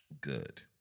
Good